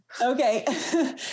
Okay